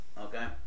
Okay